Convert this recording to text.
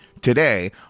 today